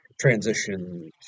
transition